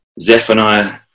Zephaniah